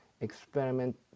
experiment